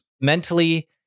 mentally